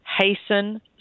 hasten